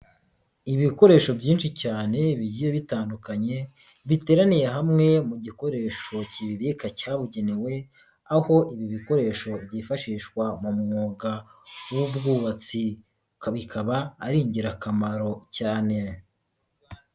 Ibikoresho byinshi cyane bigiye bitandukanye biteraniye hamwe mu gikoresho kibika cyabugenewe aho ibi bikoresho byifashishwa mu mwuga w'ubwubatsika, bikaba ari ingirakamaro cyane.